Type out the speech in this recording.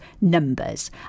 numbers